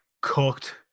cooked